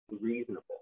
reasonable